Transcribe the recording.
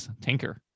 Tinker